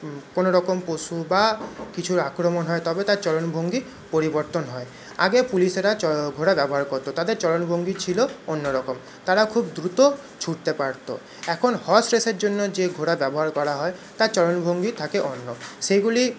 কোনোরকম পশু বা কিছুর আক্রমণ হয় তাবে তার চলন ভঙ্গি পরিবর্তন হয় আগে পুলিশেরা চ ঘোড়া ব্যবহার করতো তাদের চলন ভঙ্গি ছিল অন্যরকম তারা খুব দ্রুত ছুটতে পারতো এখন হর্স রেশের জন্য যে ঘোড়া ব্যবহার করা হয় তার চলন ভঙ্গি থাকে অন্য সেগুলি